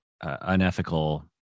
unethical